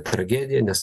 tragedija nes